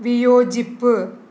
വിയോജിപ്പ്